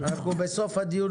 אנחנו כבר בסוף הדיון.